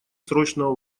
срочного